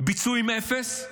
ביצועים, אפס,